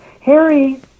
Harry